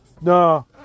no